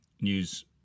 news